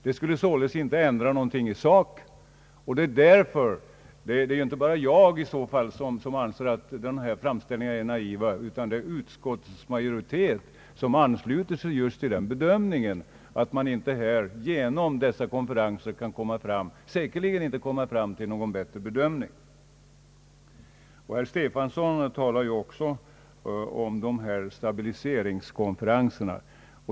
Det är inte bara jag som anser att framställningarna i reservationerna är naiva; även utskottsmajoriteten ansluter sig till uppfattningen att man genom dessa konferenser säkerligen inte kan komma fram till bättre bedömningar. Herr Stefanson talade också om stabiliseringskonferenserna.